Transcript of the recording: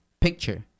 picture